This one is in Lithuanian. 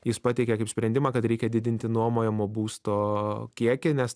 jis pateikė kaip sprendimą kad reikia didinti nuomojamo būsto kiekį nes